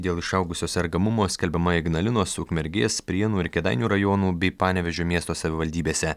dėl išaugusio sergamumo skelbiama ignalinos ukmergės prienų ir kėdainių rajonų bei panevėžio miesto savivaldybėse